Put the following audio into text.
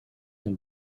and